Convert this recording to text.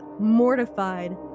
mortified